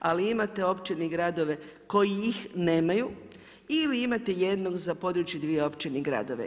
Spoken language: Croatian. Ali, imate općine i gradove koji ih nemaju ili imate jednog za područje 2 općine i gradove.